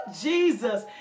Jesus